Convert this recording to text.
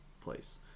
place